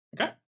Okay